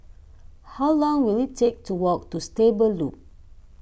how long will it take to walk to Stable Loop